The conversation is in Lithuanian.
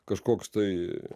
kažkoks tai